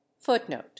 footnote